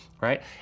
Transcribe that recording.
right